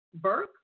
Burke